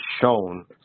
shown